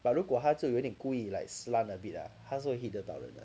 but 如果他是有点故意 like slant a bit lah 他是会 hit 得到人的